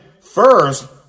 First